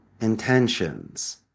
intentions